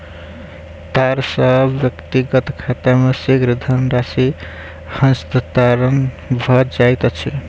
तार सॅ व्यक्तिक खाता मे शीघ्र धनराशि हस्तांतरण भ जाइत अछि